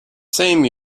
same